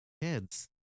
Kids